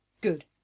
Good